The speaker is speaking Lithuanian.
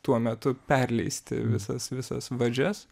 tuo metu perleisti visas visas vadžias